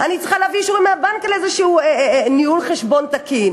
אני צריכה להביא אישור מהבנק על ניהול חשבון תקין.